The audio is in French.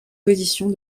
positions